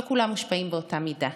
לא כולם מושפעים באותה מידה.